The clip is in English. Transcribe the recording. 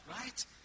right